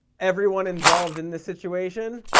everyone involved in this situation!